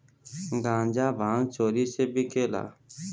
गांजा भांग चोरी से बिकेला